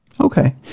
okay